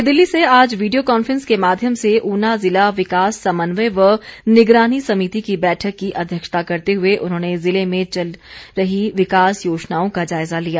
नई दिल्ली से आज वीडियो कॉन्फ्रेंस के माध्यम से ऊना जिला विकास समन्वय व निगरानी समिति की बैठक की अध्यक्षता करते हुए उन्होंने जिले में चली रही विकास योजनाओं का जायजा लिया